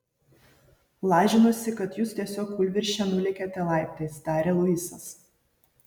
lažinuosi kad jūs tiesiog kūlvirsčia nulėkėte laiptais tarė luisas